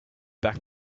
back